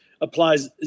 applies